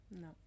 no